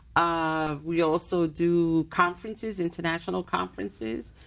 um we also do conferences, international conferences,